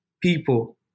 people